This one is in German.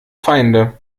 feinde